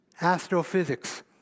astrophysics